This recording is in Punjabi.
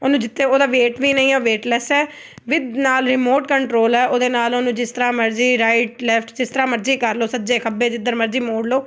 ਉਹਨੂੰ ਜਿੱਥੇ ਉਹਦਾ ਵੇਟ ਵੀ ਨਹੀਂ ਆ ਵੇਟ ਲੈਸ ਹੈ ਵਿਦ ਨਾਲ ਰਿਮੋਟ ਕੰਟਰੋਲ ਹੈ ਉਹਦੇ ਨਾਲ ਉਹਨੂੰ ਜਿਸ ਤਰ੍ਹਾਂ ਮਰਜ਼ੀ ਰਾਈਟ ਲੈਫਟ ਜਿਸ ਤਰ੍ਹਾਂ ਮਰਜ਼ੀ ਕਰ ਲਉ ਸੱਜੇ ਖੱਬੇ ਜਿੱਧਰ ਮਰਜ਼ੀ ਮੋੜ ਲਉ